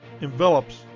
envelops